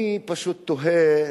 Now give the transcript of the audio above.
אני פשוט תוהה